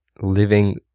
living